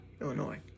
Illinois